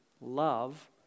love